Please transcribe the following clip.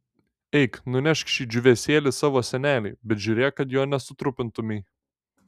eik nunešk šį džiūvėsėlį savo senelei bet žiūrėk kad jo nesutrupintumei